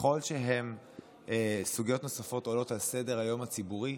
ככל שסוגיות נוספות עולות על סדר-היום הציבורי,